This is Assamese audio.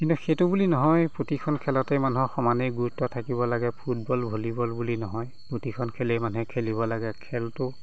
কিন্তু সেইটো বুলি নহয় প্ৰতিখন খেলতে মানুহৰ সমানে গুৰুত্ব থাকিব লাগে ফুটবল ভলীবল বুলি নহয় প্ৰতিখন খেলেই মানুহে খেলিব লাগে খেলটো